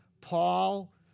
Paul